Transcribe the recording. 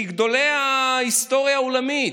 כי גדולי ההיסטוריה העולמית,